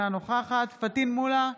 אינה נוכחת פטין מולא,